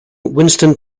winston